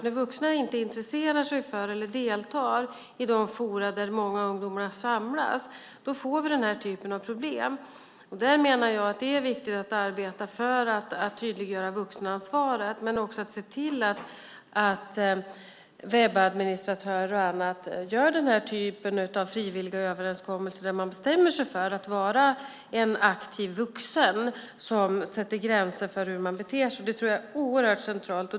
När vuxna inte intresserar sig för eller deltar i de forum där många ungdomar samlas får vi den här typen av problem. Jag menar att det är viktigt att arbeta för att tydliggöra vuxenansvaret och se till att webbadministratörer gör frivilliga överenskommelser där de bestämmer sig för att vara en aktiv vuxen som sätter gränser för hur man beter sig. Det tror jag är oerhört centralt.